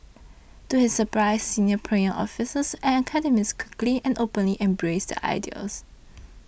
to his surprise senior Pyongyang officials and academics quickly and openly embraced the idea